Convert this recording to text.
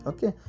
Okay